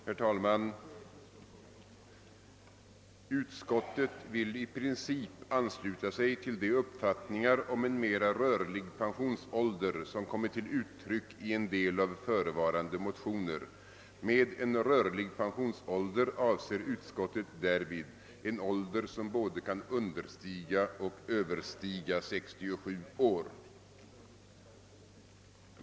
Herr talman! Utskottet vill »i princip ansluta sig till de uppfattningar om en mera rörlig pensionsålder som kommit till uttryck i en del av förevarande motioner. Med en rörlig pensionsålder avser utskottet därvid en ålder som både kan understiga och överstiga 67 år».